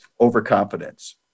overconfidence